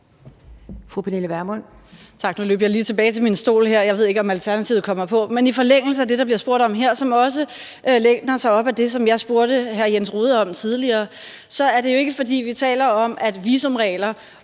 Pernille Vermund (NB): Nu løb jeg lige tilbage til min stol her, og jeg ved ikke, om Alternativet kommer på. Men i forlængelse af det, der bliver spurgt om her, og som også læner sig op ad det, som jeg spurgte hr. Jens Rohde om tidligere, er det jo ikke, fordi vi taler om, at visumregler